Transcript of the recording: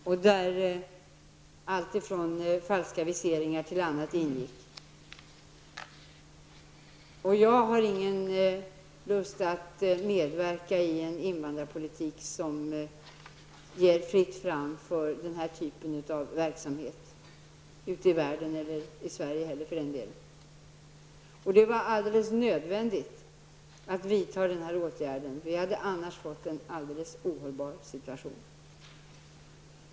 I denna verksamhet ingick även falska viseringar och falska pass. Jag har ingen lust att medverka i en invandrarpolitik som ger fritt fram för den här typen av verksamhet ute i världen eller i Sverige. Det var alldeles nödvändigt att vidta denna åtgärd. Vi hade annars fått en alldeles ohållbar situation.